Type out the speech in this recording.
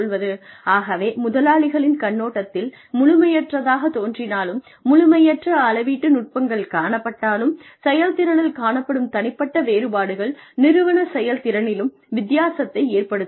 ஆகவே முதலாளிகளின் கண்ணோட்டத்தில் முழுமையற்றதாக தோன்றினாலும் முழுமையற்ற அளவீட்டு நுட்பங்கள் காணப்பட்டாலும் செயல்திறனில் காணப்படும் தனிப்பட்ட வேறுபாடுகள் நிறுவன செயல்திறனிலும் வித்தியாசத்தை ஏற்படுத்தும்